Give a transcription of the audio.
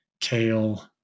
kale